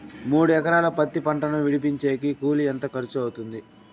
మూడు ఎకరాలు పత్తి పంటను విడిపించేకి కూలి ఎంత ఖర్చు అవుతుంది?